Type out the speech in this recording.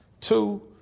Two